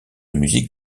musique